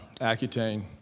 Accutane